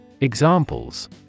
Examples